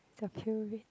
is a pyramid